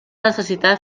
necessitar